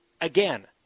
Again